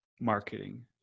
marketing